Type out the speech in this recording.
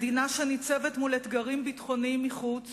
מדינה שניצבת מול אתגרים ביטחוניים מחוץ